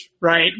right